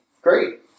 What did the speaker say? Great